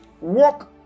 Walk